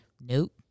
Nope